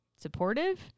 supportive